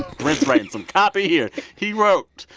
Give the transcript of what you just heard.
brent's writing some copy here he wrote,